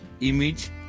image